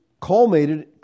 culminated